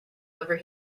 over